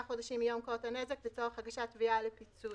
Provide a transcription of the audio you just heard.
חודשים מיום קרות הנזק לצורך הגשת תביעה לפיצוי.